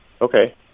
okay